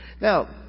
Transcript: Now